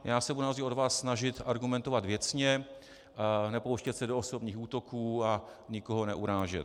Já se budu na rozdíl od vás snažit argumentovat věcně, nepouštět se do osobních útoků a nikoho neurážet.